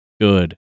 good